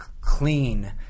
clean –